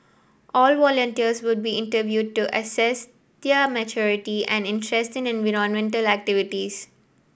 all volunteers would be interviewed to assess their maturity and interest in environmental activities